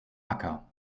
acker